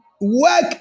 Work